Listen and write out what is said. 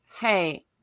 Hey